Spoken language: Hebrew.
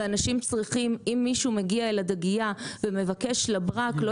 ואם מישהו מגיע אל הדגייה ומבקש לברק לא